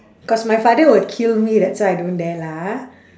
cause my father will kill me that's why I don't dare lah ha